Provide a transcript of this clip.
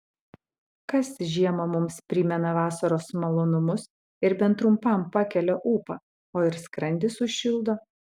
kas žiemą mums primena vasaros malonumus ir bent trumpam pakelią ūpą o ir skrandį sušildo